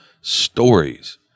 stories